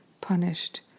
punished